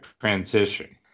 transition